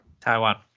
Taiwan